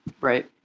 right